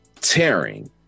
tearing